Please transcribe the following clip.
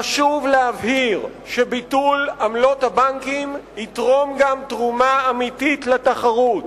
חשוב להבהיר שביטול עמלות הבנקים יתרום גם תרומה אמיתית לתחרות.